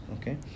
okay